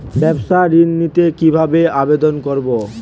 ব্যাবসা ঋণ নিতে কিভাবে আবেদন করব?